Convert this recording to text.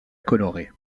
colorée